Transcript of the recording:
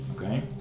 okay